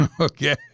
Okay